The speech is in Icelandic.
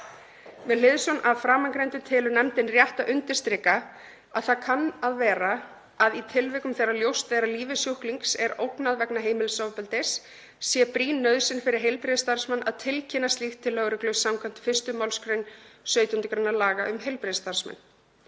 Með hliðsjón af framangreindu telur nefndin rétt að undirstrika að það kann að vera að í tilvikum þegar ljóst er að lífi sjúklings er ógnað vegna heimilisofbeldis sé brýn nauðsyn fyrir heilbrigðisstarfsmann að tilkynna slíkt til lögreglu samkvæmt 1. mgr. 17. gr. laga um heilbrigðisstarfsmenn.